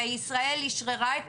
אבל ישראל אשררה את